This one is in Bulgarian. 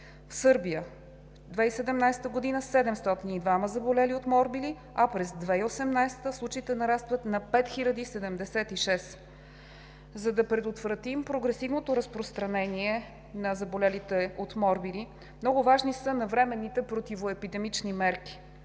Сърбия, 2017 г. – 702 заболели от морбили, а през 2018 г. случаите нарастват на 5076. За да предотвратим прогресивното разпространение на заболелите от морбили, много важни са навременните противоепидемични мерки.